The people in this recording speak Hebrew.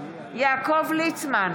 יעקב ליצמן,